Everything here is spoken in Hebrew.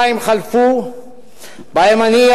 חלפו כמעט שנתיים שבהן אני,